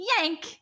yank